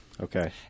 Okay